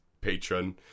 patron